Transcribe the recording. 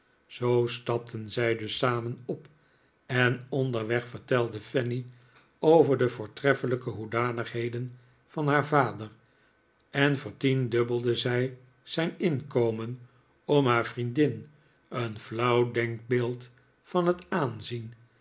zoo stapten zij dus samen op en onderweg vertelde fanny over de voortreffelijke hoedanigheden van haar vader en vertiendubbelde zij zijn inkomen om haar vriendin een flauw denkbeeld van het aanzien